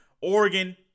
Oregon